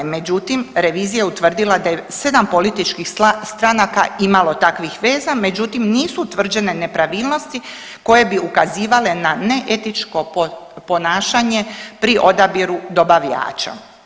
Međutim, revizija je utvrdila da je 7 političkih stranaka imalo takvih veza međutim nisu utvrđene nepravilnosti koje bi ukazivale na neetičko ponašanje pri odabiru dobavljača.